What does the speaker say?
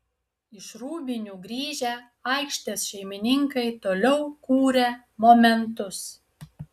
iš rūbinių grįžę aikštės šeimininkai toliau kūrė momentus